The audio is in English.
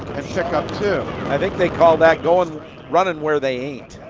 pick up two. i think they call that going, running where they aint.